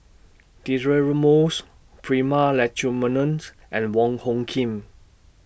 Deirdre Moss Prema Letchumanans and Wong Hung Khim